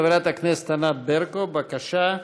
חברת הכנסת ענת ברקו, בבקשה,